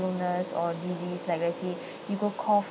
illness or disease like let's say you got cough